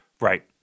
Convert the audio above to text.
right